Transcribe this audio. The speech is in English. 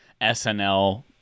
SNL